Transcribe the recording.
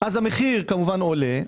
המחיר כמובן עולה,